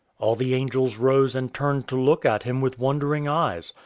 all the angels rose and turned to look at him with wondering eyes.